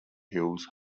hills